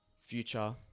future